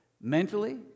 mentally